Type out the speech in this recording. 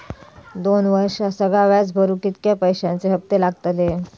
दोन वर्षात सगळा व्याज भरुक कितक्या पैश्यांचे हप्ते लागतले?